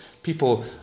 People